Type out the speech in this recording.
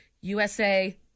USA